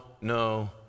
no